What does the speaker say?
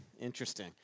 Interesting